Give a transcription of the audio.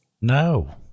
No